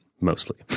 mostly